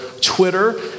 Twitter